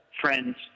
friends